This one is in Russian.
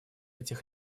этих